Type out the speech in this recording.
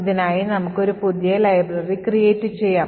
ഇതിനായി നമുക്ക് ഒരു പുതിയ ലൈബ്രറി create ചെയ്യാം